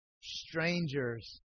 strangers